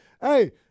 Hey